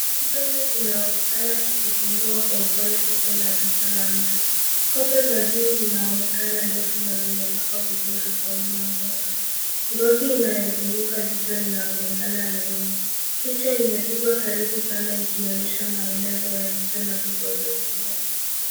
Kidole kinaonekana kikifungua kwa upole kope la jicho la mtu. Kope za juu zinaonekana ndefu na zimepakwa vizuri kwa wino mweusi. Ngozi inayozunguka jicho inaonekana laini. Picha imepigwa karibu sana ikionyesha maelezo ya jicho na vipondozi vyake.